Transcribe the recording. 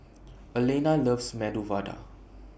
Alayna loves Medu Vada